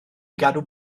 gadw